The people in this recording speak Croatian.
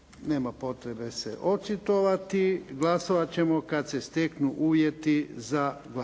nema potrebe se očitovati. Glasovati ćemo kad se steknu uvjeti za